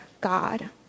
God